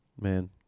Man